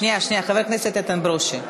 שנייה, שנייה, חבר הכנסת איתן ברושי.